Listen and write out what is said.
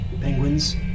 penguins